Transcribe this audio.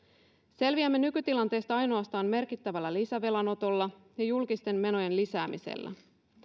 selviämme nykytilanteesta ainoastaan merkittävällä lisävelanotolla ja julkisten menojen lisäämisellä